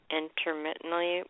intermittently